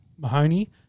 Mahoney